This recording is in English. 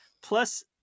plus